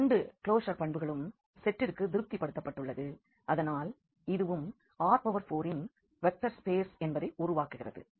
2 closure பண்புகளும் செட்டிற்கு திருப்திபடுத்தப்பட்டுள்ளது அதனால் இதுவும் R4இன் வெக்டர் ஸ்பேஸ் என்பதை உருவாக்குகிறது